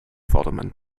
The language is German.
vordermann